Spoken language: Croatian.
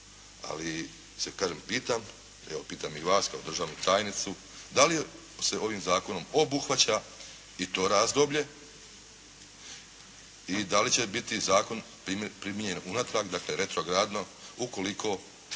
ali se kažem pitam, evo pitam i vas kao državnu tajnicu da li se ovim zakonom obuhvaća i to razdoblje i da li će biti zakon primijenjen unatrag retrogradno. Ukoliko